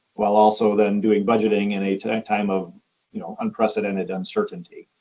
while also then doing budgeting in a time of you know unprecedented uncertainty.